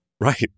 right